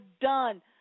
done